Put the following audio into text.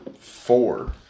four